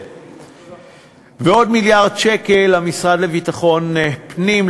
ועוד מיליארד שקל למשרד לביטחון פנים,